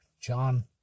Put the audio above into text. John